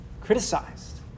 criticized